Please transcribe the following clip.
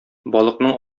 балыкның